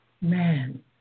man